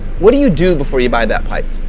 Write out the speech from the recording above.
what do you do before you buy that pipe?